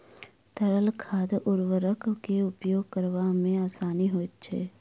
तरल खाद उर्वरक के उपयोग करबा मे आसानी होइत छै